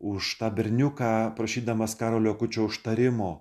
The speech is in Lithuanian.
už tą berniuką prašydamas karolio akučio užtarimo